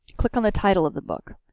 click on the title of the book.